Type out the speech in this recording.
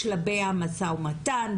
בשלבי המשא ומתן,